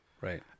right